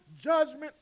judgment